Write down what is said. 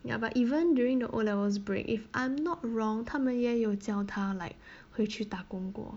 ya but even during the O-levels break if I'm not wrong 他们也有叫他 like 回去打工过